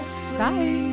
bye